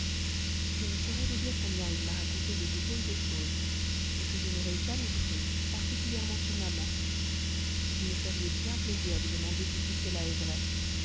je ne saurais vous dire combien il m'a raconté de drôles de choses que je n'aurais jamais crues particulièrement sur maman vous me feriez bien plaisir de me mander si tout ça est vrai